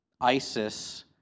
ISIS